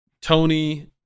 Tony